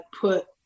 put